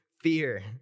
fear